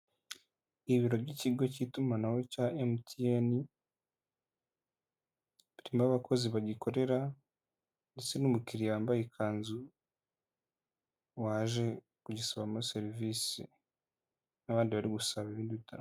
Ibiro by'ikigo cy'itumanaho cya MTN birimo abakozi bagikorera, ndetse n'umukiriya wambaye ikanzu, waje kugisabamo serivise. N'abandi bari gusaba ibindi bi bitandukanye.